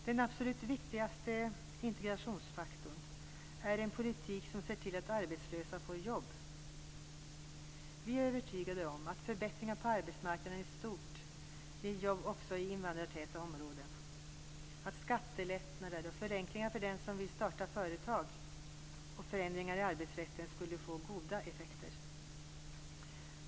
Den absolut viktigaste integrationsfaktorn är en politik som ser till att arbetslösa får jobb. Vi är övertygade om att förbättringar på arbetsmarknaden i stort ger jobb också i invandrartäta områden, att skattelättnader, förenklingar för den som vill starta företag och förändringar i arbetsrätten skulle få goda effekter.